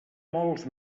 molts